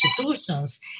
institutions